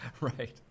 Right